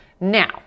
Now